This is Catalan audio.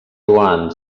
joan